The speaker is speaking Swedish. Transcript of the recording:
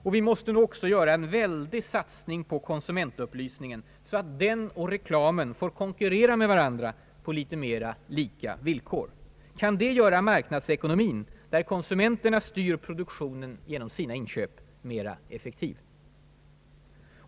Och vi måste nog också göra en väldig satsning på konsumentupplysningen så att den och reklamen får konkurrera med varandra på litet mera lika villkor. Kanske kan det göra marknadsekonomin, där konsumenterna styr produktionen genom sina inköp, mer effektiv?